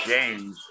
James